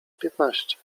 piętnaście